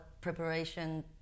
preparation